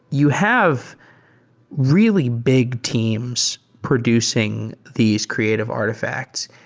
you have really big teams producing these creative artifacts.